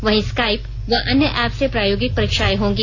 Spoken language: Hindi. वहीं स्काई व अन्य एप से प्रायोगिक परीक्षाएं होंगी